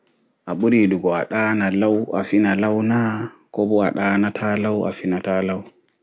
A ɓuri yiɗugo a ɗana lau a fina lau naa koɓo a ɗanata lau a finana lau